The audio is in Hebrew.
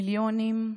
מיליונים,